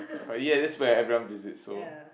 but ya that's where everyone visits so